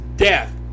death